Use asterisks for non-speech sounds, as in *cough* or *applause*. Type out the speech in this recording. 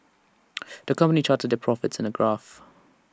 *noise* the company charted their profits in A graph